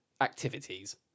activities